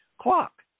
clock